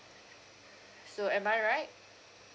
so am I right